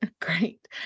Great